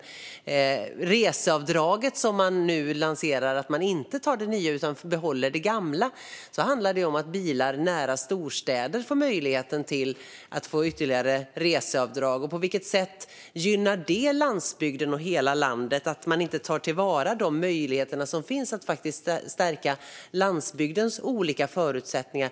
När det gäller reseavdraget som man nu lanserar tar man inte det nya utan behåller det gamla, och då handlar det om att bilar nära storstäder får möjligheten till ytterligare reseavdrag. På vilket sätt gynnar det landsbygden och hela landet att man inte tar till vara de möjligheter som finns att stärka landsbygdens olika förutsättningar?